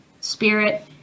spirit